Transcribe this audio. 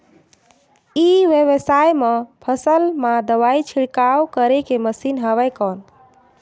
ई व्यवसाय म फसल मा दवाई छिड़काव करे के मशीन हवय कौन?